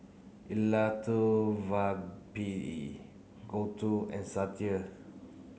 Elattuvalapil Gouthu and Sudhir